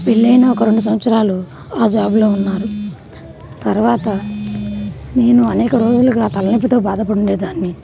పెళ్ళయిన ఒక రెండు సంవత్సరాలు ఆ జాబులో ఉన్నారు తరువాత నేను అనేక రోజులుగా తలనొప్పితో బాధపడి ఉండేదాన్ని